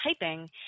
typing